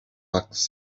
bucks